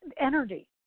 energy